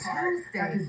Tuesday